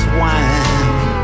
wine